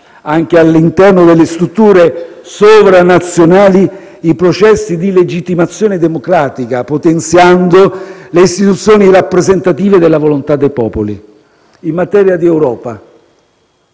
anche all'interno delle strutture sovranazionali, i processi di legittimazione democratica, potenziando le istituzioni rappresentative della volontà dei popoli. In materia di Europa,